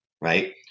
right